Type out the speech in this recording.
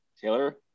Taylor